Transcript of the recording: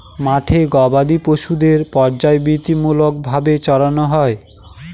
মাঠে গোবাদি পশুদের পর্যায়বৃত্তিমূলক ভাবে চড়ানো হয়